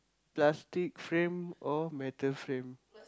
plastic frame or metal frame